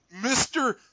Mr